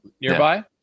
nearby